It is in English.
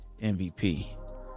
MVP